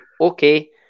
okay